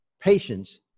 Patience